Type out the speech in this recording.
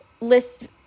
list